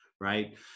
right